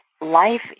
life